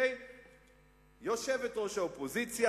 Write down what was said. יושבת-ראש האופוזיציה,